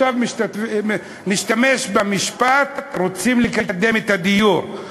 נשתמש במשפט "רוצים לקדם את הדיור",